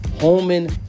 Holman